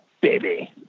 baby